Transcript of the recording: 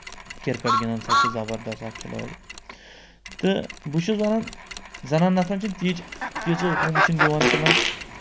cricket گِنٛدان سۄ تہِ چھِ زَبَردَس اَکھ کھِلٲڑۍ تہٕ بہٕ چھُس وَنان زَنان نَفرَن چھِ تیٖچہِ تیٖژٕ ہُم چھِنہٕ دِوان تِمَن